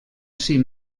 cim